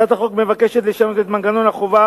הצעת החוק מבקשת לשנות את מנגנון החובה